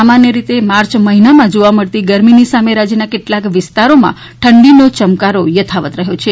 સામાન્ય રીતે માર્ચ મહિનામાં જોવા મળતી ગરમીની સામે રાજ્યના કેટલાક વિસ્તારોમાં ઠડીનો ચમકારો યથાવત રહ્યો છે